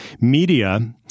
media